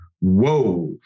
whoa